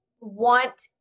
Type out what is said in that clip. want